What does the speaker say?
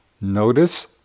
Notice